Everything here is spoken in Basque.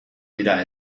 dira